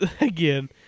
Again